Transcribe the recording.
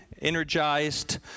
energized